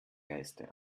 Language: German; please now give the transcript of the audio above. geiste